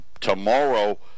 tomorrow